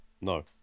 No